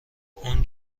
اون